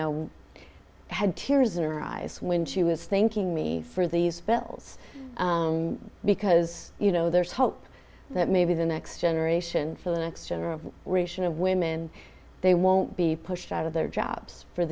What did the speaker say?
know had tears in her eyes when she was thinking me for these spells because you know there's hope that may be the next generation for the next gen ration of women they won't be pushed out of their jobs for